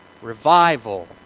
Revival